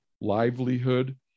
livelihood